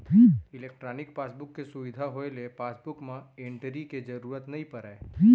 electronic passbook के सुबिधा होए ले पासबुक म एंटरी के जरूरत नइ परय